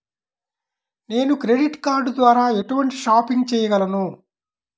నేను credit card ద్వార ఎటువంటి షాపింగ్ చెయ్యగలను?